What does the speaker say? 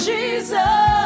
Jesus